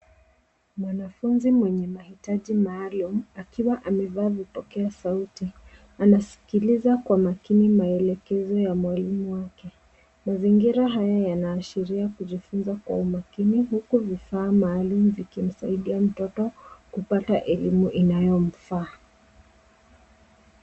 Mwanafunzi mwenye mahitaji maalum, akiwa amevaa vipokea sauti. Anaskiliza kwa makini maelekezo ya mwalimu wake. Mazingira haya yanaashiria kujifunza kwa umakini, huku vifaa maalum vikimsaidia mtoto kupata elimu inayo mfaa.